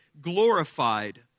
glorified